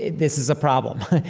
this is a problem.